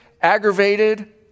aggravated